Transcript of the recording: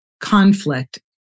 conflict